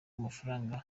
amafaranga